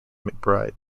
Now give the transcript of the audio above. mcbride